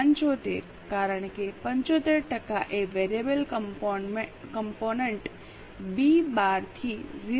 75 કારણ કે 75 ટકા એ વેરિયેબલ કમ્પોનન્ટ બી 12 થી 0